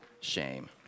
shame